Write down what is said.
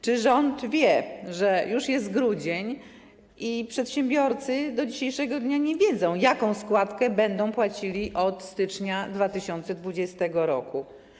Czy rząd wie, że już jest grudzień i przedsiębiorcy do dzisiejszego dnia nie wiedzą, jaką składkę będą płacili od stycznia 2020 r.